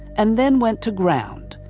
and then went to ground,